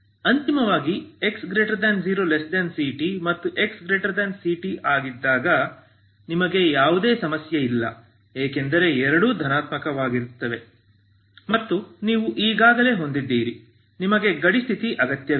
ಅಂತಿಮವಾಗಿ 0xct ಮತ್ತು xct ಆಗಿದ್ದಾಗ ನಿಮಗೆ ಯಾವುದೇ ಸಮಸ್ಯೆ ಇಲ್ಲ ಏಕೆಂದರೆ ಎರಡೂ ಧನಾತ್ಮಕವಾಗಿವೆ ಮತ್ತು ನೀವು ಈಗಾಗಲೇ ಹೊಂದಿದ್ದೀರಿ ನಿಮಗೆ ಗಡಿ ಸ್ಥಿತಿ ಅಗತ್ಯವಿಲ್ಲ